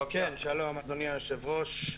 שלום אדוני היושב-ראש,